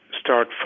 start